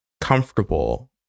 comfortable